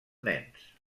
nens